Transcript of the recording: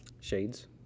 Shades